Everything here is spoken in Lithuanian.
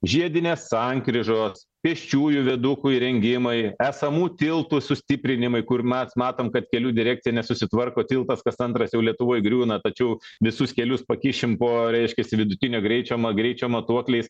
žiedinės sankryžos pėsčiųjų viadukų įrengimai esamų tiltų sustiprinimai kur mes matome kad kelių direkcija nesusitvarko tiltas kas antras jau lietuvoje griūna tačiau visus kelius pakišim po reiškiasi vidutinio greičio ma greičio matuokliais